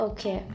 Okay